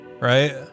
Right